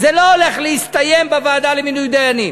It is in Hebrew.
זה לא הולך להסתיים בוועדה למינוי דיינים,